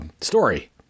story